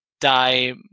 die